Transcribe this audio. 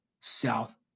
South